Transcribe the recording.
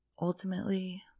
ultimately